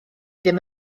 ddim